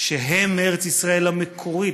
שהם ארץ ישראל המקורית,